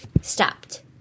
stopped